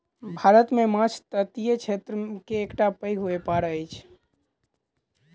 भारत मे माँछ तटीय क्षेत्र के एकटा पैघ व्यापार अछि